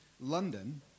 London